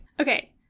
Okay